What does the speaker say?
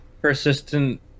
persistent